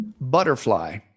butterfly